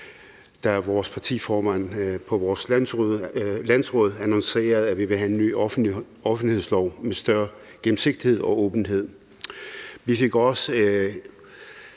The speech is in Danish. da vores partiformand på vores landsråd annoncerede, at vi ville have en ny offentlighedslov med større gennemsigtighed og åbenhed.